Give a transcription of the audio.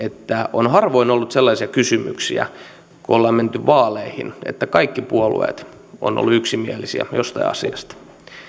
on harvoin ollut sellaisia kysymyksiä kun on menty vaaleihin että kaikki puolueet ovat olleet yksimielisiä jostakin asiasta niin kuin siitä että